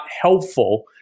helpful